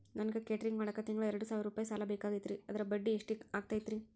ನನಗ ಕೇಟರಿಂಗ್ ಮಾಡಾಕ್ ತಿಂಗಳಾ ಎರಡು ಸಾವಿರ ರೂಪಾಯಿ ಸಾಲ ಬೇಕಾಗೈತರಿ ಅದರ ಬಡ್ಡಿ ಎಷ್ಟ ಆಗತೈತ್ರಿ?